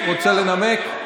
רוצה לנמק?